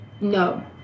No